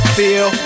feel